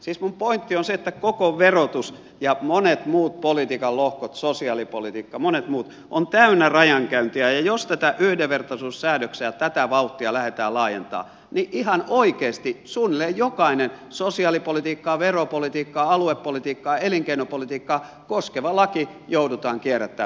siis minun pointtini on se että koko verotus ja monet muut politiikan lohkot sosiaalipolitiikka monet muut ovat täynnä rajankäyntiä ja jos näitä yhdenvertaisuussäädöksiä tätä vauhtia lähdetään laajentamaan niin ihan oikeasti suunnilleen jokainen sosiaalipolitiikkaa veropolitiikkaa aluepolitiikkaa elinkeinopolitiikkaa koskeva laki joudutaan kierrättämään perustuslakivaliokunnan kautta